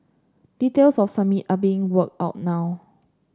details of summit are being worked out now